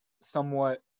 somewhat